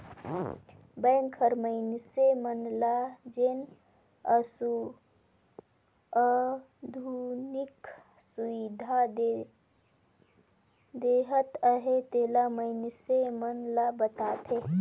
bank हर मइनसे मन ल जेन आधुनिक सुबिधा देहत अहे तेला मइनसे मन ल बताथे